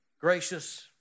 gracious